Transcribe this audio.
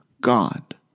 God